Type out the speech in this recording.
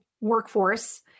workforce